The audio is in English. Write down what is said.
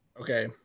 okay